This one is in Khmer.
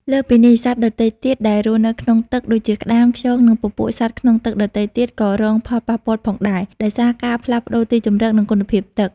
លើសពីនេះ សត្វដទៃទៀតដែលរស់នៅក្នុងទឹក ដូចជា ក្តាម ខ្យង និងពពួកសត្វក្នុងទឹកដទៃទៀត ក៏រងផលប៉ះពាល់ផងដែរ ដោយសារការផ្លាស់ប្តូរទីជម្រក និងគុណភាពទឹក។